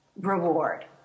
reward